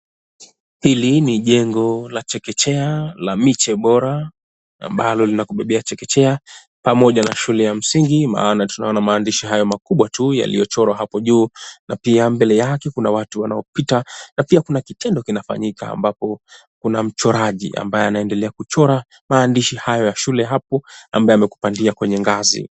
Hili ni jengo la chekechea la michi bora ambalo linakubebea chekechea pamoja na shule ya msingi maana tunaona maandishi hayo makubwa yaliochora hapo juu pia mbele yake kuna watu wanapika na pia kuna kitendo kinafanyika kuna mchoraji ambayeanaendelea kuchora maadishi hayo ya shule ambayo yamekupandia kwenye ngazi.